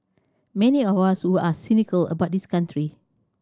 many of us who are cynical about this country